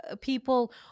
people